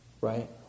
Right